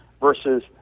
versus